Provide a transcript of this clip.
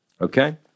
okay